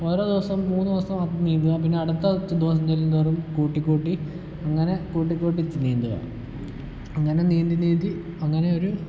ഓരോ ദിവസം മൂന്ന് ദിവസം നീന്തുക പിന്നെ അടുത്ത ദിവസം ചെല്ലും തോറും കൂട്ടി കൂട്ടി അങ്ങനെ കൂട്ടി കൂട്ടി നീന്തുക അങ്ങനെ നീന്തി നീന്തി അങ്ങനെ ഒരു